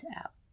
out